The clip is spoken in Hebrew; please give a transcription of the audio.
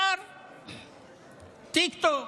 שר טיקטוק,